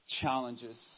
challenges